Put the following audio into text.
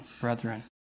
brethren